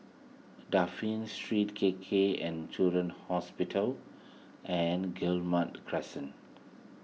Dafne Street K K and Children's Hospital and Guillemard Crescent